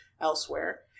elsewhere